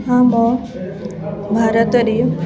ହଁ ମୋ ଭାରତରେ